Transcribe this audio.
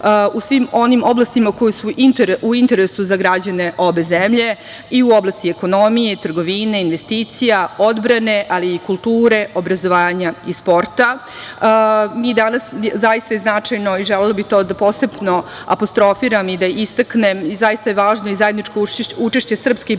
u svim onim oblastima koji su u interesu za građane obe zemlje, i u oblasti ekonomije, trgovine, investicija, odbrane, ali i kulture, obrazovanja i sporta. Zaista je značajno i želela bih da to posebno apostrofiram i da istaknem, zaista je važno i zajedničko učešće srpske i